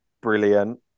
brilliant